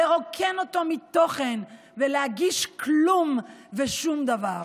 לרוקן אותו מתוכן ולהגיש כלום ושום דבר.